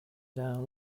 down